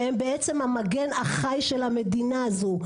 והם בעצם המגן החי של המדינה הזו.